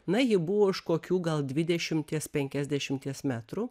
na ji buvo už kokių gal dvidešimties penkiasdešimties metrų